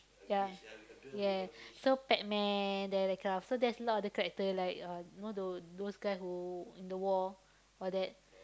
ya yeah so Pac-Man there that kind of so there's a lot of other character like uh you know those those kind who in the war all that